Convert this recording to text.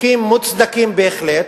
בחוקים מוצדקים בהחלט,